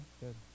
good